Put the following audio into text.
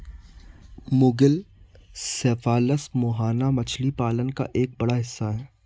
मुगिल cephalus मुहाना मछली पालन का एक बड़ा हिस्सा है